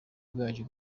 bwacyo